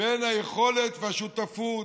בין היכולת והשותפות